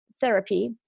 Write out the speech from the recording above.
therapy